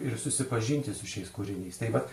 ir susipažinti su šiais kūriniais tai vat